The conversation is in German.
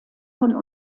von